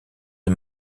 est